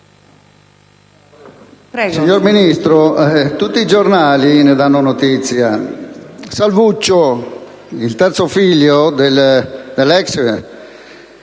Signor Ministro, tutti i giornali ne danno notizia. Salvuccio, il terzo figlio dell'ex